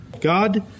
God